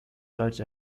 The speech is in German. deutsch